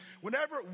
whenever